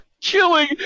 killing